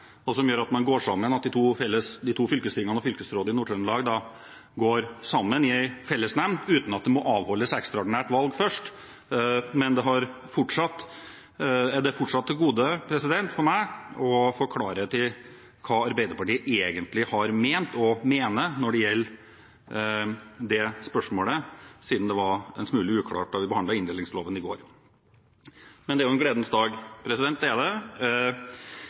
og som gjør at de to fylkestingene og fylkesrådet i Nord-Trøndelag går sammen i en fellesnemnd uten at det må avholdes et ekstraordinært valg først. Men jeg har fortsatt til gode å få klarhet i hva Arbeiderpartiet egentlig har ment og mener når det gjelder det spørsmålet, siden det var en smule uklart da vi behandlet inndelingsloven i går. Men det er en gledens dag. Vi har i forrige sak i praksis vedtatt at antall fylker skal halveres. Vi ønsker oss ti regioner. I forbindelse med kveldens senere votering tror jeg det